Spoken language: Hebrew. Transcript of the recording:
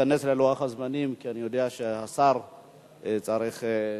נתכנס ללוח הזמנים, כי אני יודע שהשר צריך לעזוב.